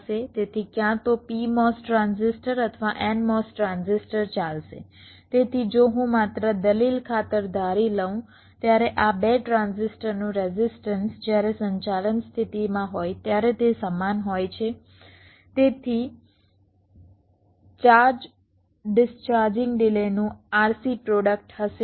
તેથી ક્યાં તો PMOS ટ્રાન્ઝિસ્ટર અથવા NMOS ટ્રાન્ઝિસ્ટર ચાલશે તેથી જો હું માત્ર દલીલ ખાતર ધારી લઉં ત્યારે આ 2 ટ્રાન્ઝિસ્ટરનું રેઝિસ્ટન્સ જ્યારે સંચાલન સ્થિતિમાં હોય ત્યારે તે સમાન હોય છે તેથી ચાર્જ ડિસ્ચાર્જિંગ ડિલેનું RC પ્રોડક્ટ હશે